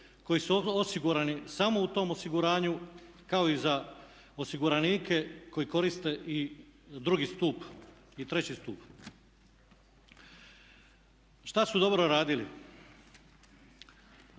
koji su osigurani samo u tom osiguranju kao i za osiguranike koji koriste i drugi stup i treći stup. Šta su dobro radili?